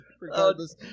regardless